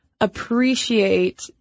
appreciate